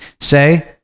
say